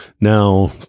now